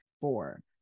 four